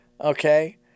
Okay